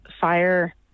fire